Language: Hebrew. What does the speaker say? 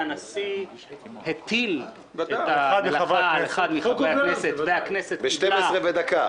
הנשיא הטיל את ההרכבה על אחד מחברי הכנסת והכנסת קיבלה --- ב-24:01.